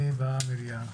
במליאה.